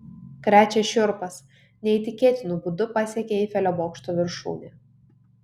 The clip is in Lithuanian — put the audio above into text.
krečia šiurpas neįtikėtinu būdu pasiekė eifelio bokšto viršūnę